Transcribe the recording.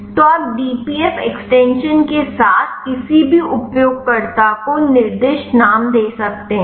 तो आप dpf extension के साथ किसी भी उपयोगकर्ता को निर्दिष्ट नाम दे सकते हैं